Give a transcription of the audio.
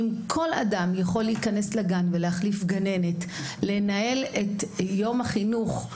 אם כל אדם יכול להיכנס לגן ולהחליף גננת לנהל את יום החינוך,